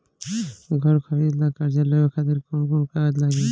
घर खरीदे ला कर्जा लेवे खातिर कौन कौन कागज लागी?